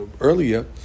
earlier